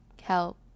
help